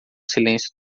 silêncio